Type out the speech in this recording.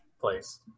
place